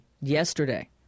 yesterday